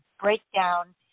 breakdown